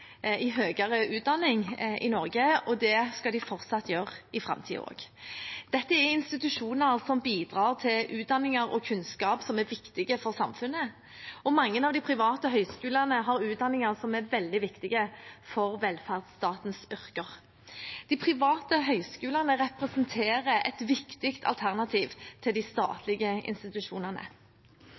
utdanning i Norge, og det skal de fortsatt gjøre i framtiden. Dette er institusjoner som bidrar til utdanninger og kunnskap som er viktig for samfunnet, og mange av de private høyskolene har utdanninger som er veldig viktige for velferdsstatens yrker. De private høyskolene representerer et viktig alternativ til de statlige institusjonene.